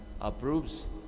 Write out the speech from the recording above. approves